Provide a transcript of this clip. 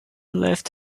left